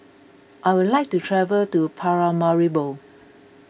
I would like to travel to Paramaribo